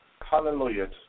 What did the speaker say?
hallelujah